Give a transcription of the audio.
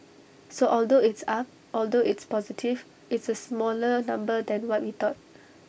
so although it's up although it's positive it's A smaller number than what we thought